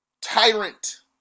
tyrant